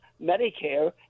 Medicare